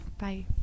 Bye